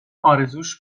ارزوش